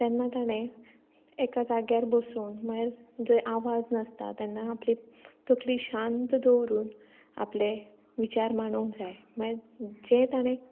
तेन्ना ताणें एका जाग्यार बसून म्हणल्यार जंय आवाज नासता तेन्ना आपली तकली शांत दवरून आपले विचार मांणूंक जाय